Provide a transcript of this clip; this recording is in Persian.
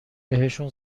بهشون